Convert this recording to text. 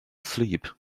asleep